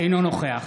אינו נוכח